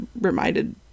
reminded